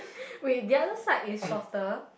wait the other side is shorter